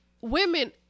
women